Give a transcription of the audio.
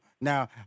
Now